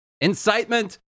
incitement